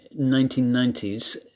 1990s